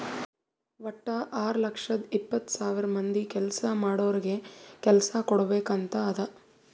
ವಟ್ಟ ಆರ್ ಲಕ್ಷದ ಎಪ್ಪತ್ತ್ ಸಾವಿರ ಮಂದಿ ಕೆಲ್ಸಾ ಮಾಡೋರಿಗ ಕೆಲ್ಸಾ ಕುಡ್ಬೇಕ್ ಅಂತ್ ಅದಾ